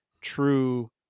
true